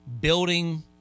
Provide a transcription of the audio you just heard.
building